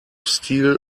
steel